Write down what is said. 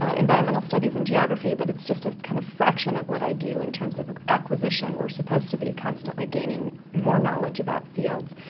ah environmental studies and geography, but it's just a kind of fraction of what i do in terms of of acquisition. we're supposed to be constantly gaining more knowledge about fields.